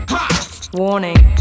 Warning